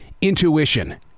intuition